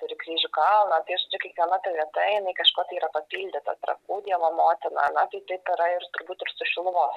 ir kryžių kalną tai aš čia kiekviena ta vieta jinai kažkuo tai yra papildyta trakų dievo motina na tai taip yra ir turbūt ir su šiluvos